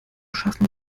schaffen